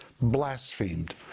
blasphemed